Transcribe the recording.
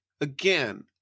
again